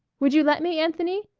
would you let me, anthony?